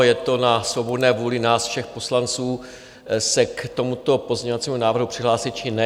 Je to na svobodné vůli nás všech poslanců se k tomuto pozměňovacímu návrhu přihlásit, či ne.